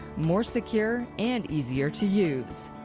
more secure, and easier to use.